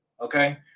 okay